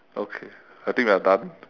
okay I think we're done